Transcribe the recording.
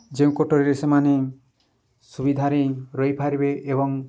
ଯେଉଁ କୋଠରୀରେ ସେମାନେ ସୁବିଧାରେ ରହିପାରିବେ ଏବଂ